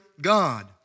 God